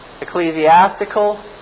ecclesiastical